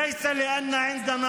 לא משום שיש לנו רצון